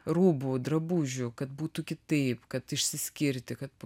rūbų drabužių kad būtų kitaip kad išsiskirti kad